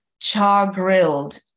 char-grilled